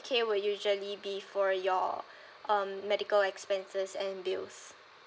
K will usually be for your um medical expenses and bills